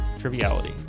Triviality